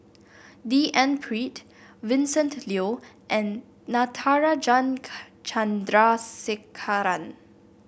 D N Pritt Vincent Leow and Natarajan Chandrasekaran